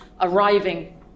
arriving